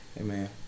Amen